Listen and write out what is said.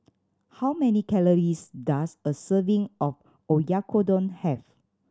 how many calories does a serving of Oyakodon have